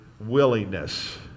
willingness